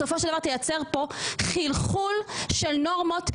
צורך חריג של עובדי הציבור,